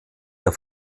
der